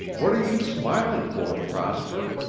what are you smiling for, prosper?